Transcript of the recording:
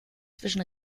zwischen